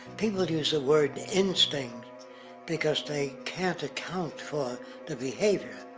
people use the word instinct because they can't account for the behavior.